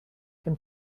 can